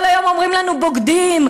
כל היום אומרים לנו: "בוגדים",